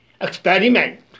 Experiment